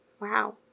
Wow